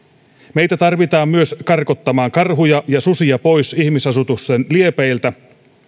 meitä tarvitaan myös karkottamaan karhuja ja susia pois ihmisasutusten liepeiltä